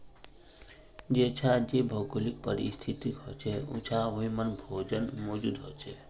जेछां जे भौगोलिक परिस्तिथि होछे उछां वहिमन भोजन मौजूद होचे